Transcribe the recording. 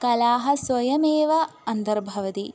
कलाः स्वयमेव अन्तर्भवन्ति